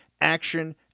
Action